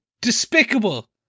despicable